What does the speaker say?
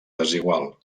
desigual